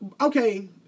Okay